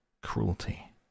cruelty